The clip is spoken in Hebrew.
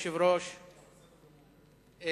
אדוני היושב-ראש,